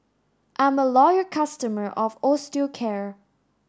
I'm a loyal customer of Osteocare